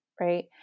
right